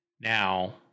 Now